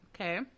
Okay